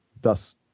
Thus